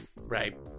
Right